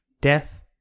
death